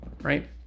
right